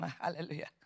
hallelujah